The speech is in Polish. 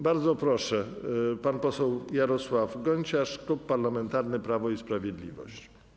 Bardzo proszę, pan poseł Jarosław Gonciarz, Klub Parlamentarny Prawo i Sprawiedliwość.